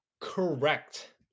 correct